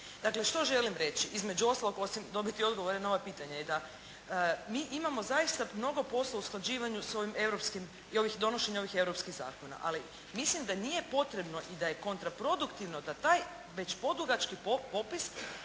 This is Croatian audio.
Dakle, što želim reći? Između ostalog osim dobiti odgovore na ova pitanja je da mi imamo zaista mnogo posla u usklađivanju s ovim europskim i donošenju ovih europskih zakona. Ali mislim da nije potrebno i da je kontraproduktivno da taj već podugački popis